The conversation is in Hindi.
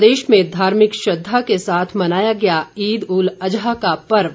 प्रदेश में धार्मिक श्रद्वा के साथ मनाया गया ईद उल अजहा का पर्व